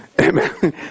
Amen